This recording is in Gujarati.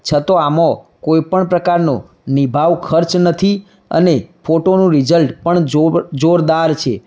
છતાં આમાં કોઇપણ પ્રકારનો નિભાવ ખર્ચ નથી અને ફોટોનું રીઝલ્ટ પણ જોર જોરદાર છે